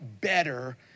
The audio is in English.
better